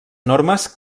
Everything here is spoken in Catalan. normes